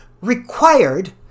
Required